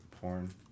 porn